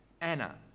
anna